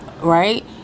right